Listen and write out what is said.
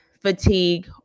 fatigue